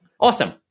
Awesome